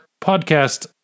podcast